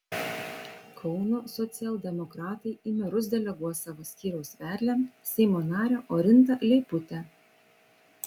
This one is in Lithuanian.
kauno socialdemokratai į merus deleguos savo skyriaus vedlę seimo narę orintą leiputę